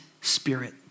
spirit